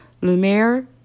Lumiere